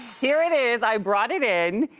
here it is, i brought it in.